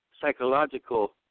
psychological